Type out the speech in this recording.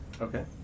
Okay